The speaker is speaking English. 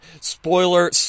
spoiler